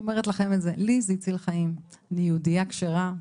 אני יהודייה כשרה,